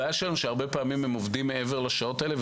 הבעיה שלנו היא שהרבה פעמים הם עובדים מעבר לשעות האלה,